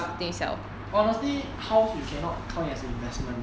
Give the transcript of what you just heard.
but honestly house you cannot count as an investment